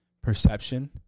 perception